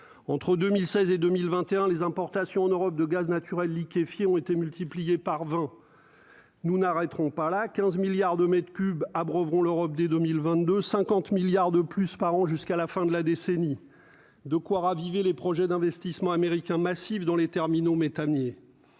entre 2016 et 2021 les importations en Europe de gaz naturel liquéfié ont été multipliées par 20 nous n'arrêterons pas là à 15 milliards de mètres m3 abrogerons l'Europe dès 2022 50 milliards de plus par an jusqu'à la fin de la décennie de quoi raviver les projets d'investissement américain massive dans les terminaux méthaniers,